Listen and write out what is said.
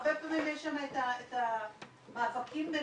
הרבה פעמים יש שם את המאבקים ביניהם,